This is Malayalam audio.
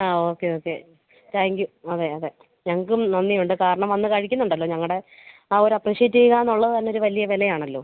ആ ഓക്കെ ഓക്കെ താങ്ക് യൂ അതെ അതെ ഞങ്ങൾക്കും നന്ദിയുണ്ട് കാരണം വന്നു കഴിക്കുന്നുണ്ടല്ലോ ഞങ്ങളുടെ ആ ഒരു അപ്രിഷ്യേറ്റ് ചെയ്യുകയെന്നുള്ളത് തന്നെയൊരു വലിയ വിലയാണല്ലോ